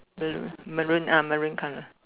balloon Maroon ah Maroon colour